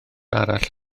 arall